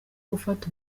gufata